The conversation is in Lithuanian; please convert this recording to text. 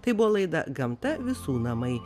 tai buvo laida gamta visų namai